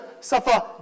suffer